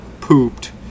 pooped